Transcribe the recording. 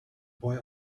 boy